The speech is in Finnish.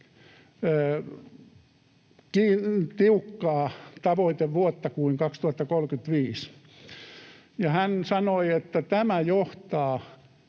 tiukkaa tavoitevuotta kuin 2035. Hän sanoi, että tämä johtaa